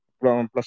plus